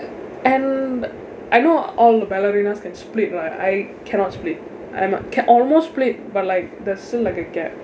and I know all the ballerinas can split right I cannot split I mig~ can almost split but like there's still like a gap